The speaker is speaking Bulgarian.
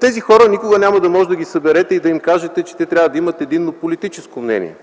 Тези хора никога няма да можете да ги съберете и да им кажете, че трябва да имат единно политическо мнение.